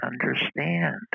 understand